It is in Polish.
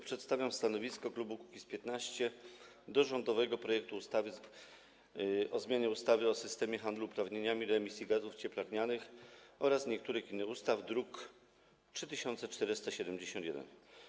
Przedstawiam stanowisko klubu Kukiz’15 wobec rządowego projektu ustawy o zmianie ustawy o systemie handlu uprawnieniami do emisji gazów cieplarnianych oraz niektórych innych ustaw, druk nr 3471.